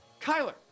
Kyler